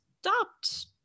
stopped